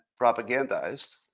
propagandized